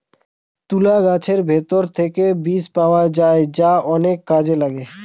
তুলা গাছের ভেতর থেকে বীজ পাওয়া যায় যা অনেক কাজে লাগে